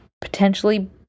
potentially